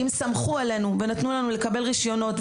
אם סמכו עלינו ונתנו לנו לקבל רישיונות,